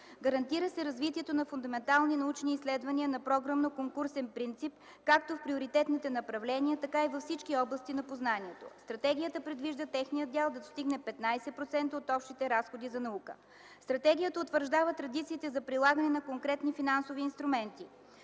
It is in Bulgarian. Гарантира се развитието на фундаментални научни изследвания на програмно-конкурсен принцип както в приоритетните направления, така и във всички области на познанието. Стратегията предвижда техният дял да достигне 15% от общите разходи за наука. Стратегията утвърждава традициите за прилагане на конкретни финансови инструменти: